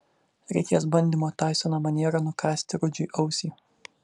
reikės bandymo taisono maniera nukąsti rudžiui ausį